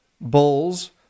Bulls